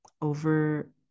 over